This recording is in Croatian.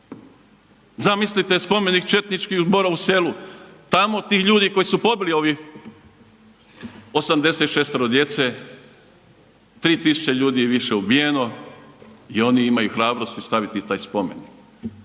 Zamislite spomenik četnički u Borovu Selu, tamo ti ljudi koji su pobili ovih 86-tero djece 3.000 ljudi i više je ubijeno i oni imaju hrabrosti staviti taj spomenik.